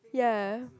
yeah